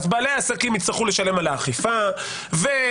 בעלי העסקים יצטרכו לשלם על האכיפה והאנשים